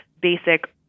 basic